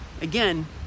again